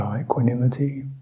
equanimity